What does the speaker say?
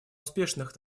успешных